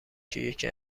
که، یکی